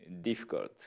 difficult